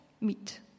meet